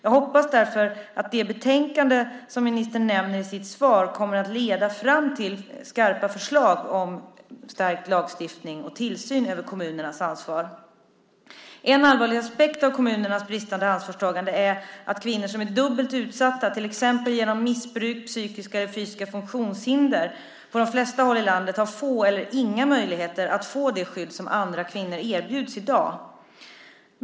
Jag hoppas därför att det betänkande som ministern nämner i sitt svar kommer att leda fram till skarpa förslag om stärkt lagstiftning och tillsyn över kommunernas ansvar. En allvarlig aspekt av kommunernas bristande ansvarstagande är att kvinnor som är dubbelt utsatta, till exempel genom missbruk eller genom psykiska eller fysiska funktionshinder, på de flesta håll i landet har få eller inga möjligheter att få det skydd som andra kvinnor erbjuds i dag.